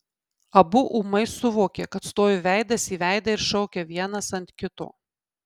abu ūmai suvokė kad stovi veidas į veidą ir šaukia vienas ant kito